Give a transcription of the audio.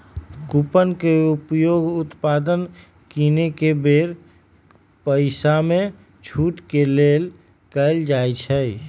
coupon के उपयोग उत्पाद किनेके बेर पइसामे छूट के लेल कएल जाइ छइ